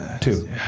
two